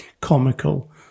comical